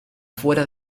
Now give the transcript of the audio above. fuera